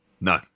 No